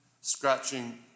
scratching